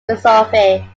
philosophy